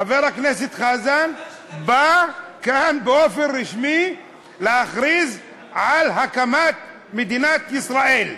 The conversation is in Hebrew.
חבר הכנסת חזן בא כאן באופן רשמי להכריז על הקמת מדינת ישראל.